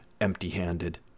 empty-handed